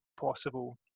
possible